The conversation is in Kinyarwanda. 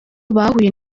bahuye